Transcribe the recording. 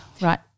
right